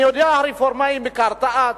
אני יודע, הרפורמה מקרטעת,